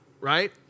right